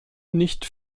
nicht